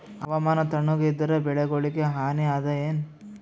ಹವಾಮಾನ ತಣುಗ ಇದರ ಬೆಳೆಗೊಳಿಗ ಹಾನಿ ಅದಾಯೇನ?